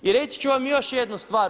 I reći ću vam još jednu stvar.